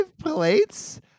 plates